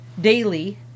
daily